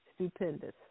stupendous